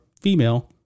female